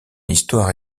histoire